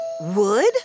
Wood